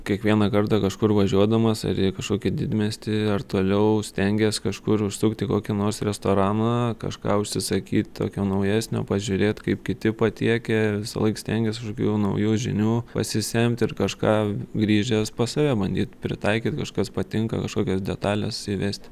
kiekvieną kartą kažkur važiuodamas ar į kažkokį didmiestį ar toliau stengies kažkur užsukt į kokį nors restoraną kažką užsisakyt tokio naujesnio pažiūrėt kaip kiti patiekia visąlaik stengies kažkokių jau naujų žinių pasisemt ir kažką grįžęs pas save bandyt pritaikyt kažkas patinka kažkokios detalės įvest